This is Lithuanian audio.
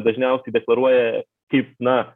dažniausiai deklaruoja kaip na